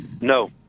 No